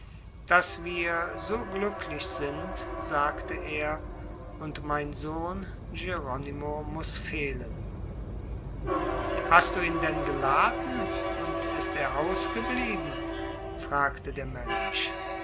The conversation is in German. daß wir so glücklich sind sagte er und mein sohn jeronymo muß fehlen hast du ihn denn geladen und er ist ausgeblieben fragte der mönch